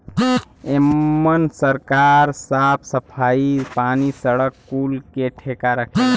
एमन सरकार साफ सफाई, पानी, सड़क कुल के ठेका रखेला